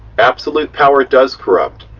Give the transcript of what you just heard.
absolute power does corrupt,